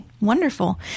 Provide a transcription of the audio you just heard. Wonderful